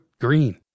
Green